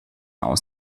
aus